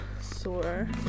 sore